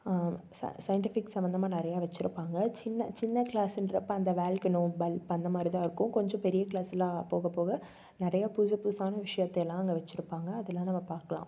scientific சம்மந்தமாக நிறையா வச்சுருப்பாங்க சின்ன சின்ன கிளாஸ்ன்றப்போ அந்த வால்கனோ பல்ப் அந்தமாதிரிதான் இருக்கும் கொஞ்சம் பெரிய கிளாஸெல்லாம் போகப்போக நிறையா புதுசு புதுசான விஷயத்தெல்லாம் அங்கே வச்சுருப்பாங்க அதெலாம் நம்ம பார்க்கலாம்